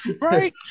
Right